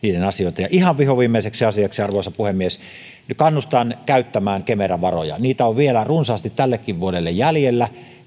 ja ihan vihonviimeiseksi asiaksi arvoisa puhemies kannustan käyttämään kemeran varoja niitä on vielä runsaasti tällekin vuodelle jäljellä